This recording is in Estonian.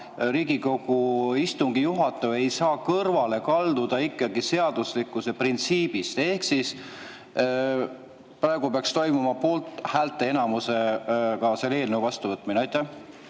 Riigikogu istungi juhataja ei saa kõrvale kalduda seaduslikkuse printsiibist. Praegu peaks toimuma poolthäälte enamusega selle eelnõu vastuvõtmine. Aitäh,